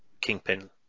Kingpin